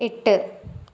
എട്ട്